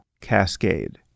cascade